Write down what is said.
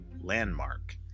landmark